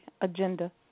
agenda